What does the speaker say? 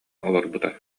олорбута